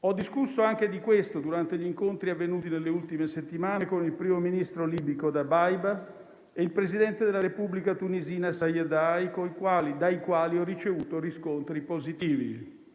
Ho discusso anche di questo durante gli incontri avvenuti nelle ultime settimane con il primo ministro libico Dabaiba e il presidente della Repubblica tunisina Saïed, dai quali ho ricevuto riscontri positivi.